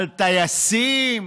על טייסים,